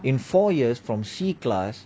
in four years from C class